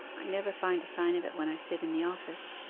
i never find a sign of it when i sit in the office